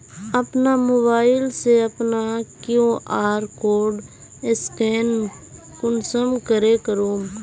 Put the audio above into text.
अपना मोबाईल से अपना कियु.आर कोड स्कैन कुंसम करे करूम?